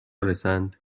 رسند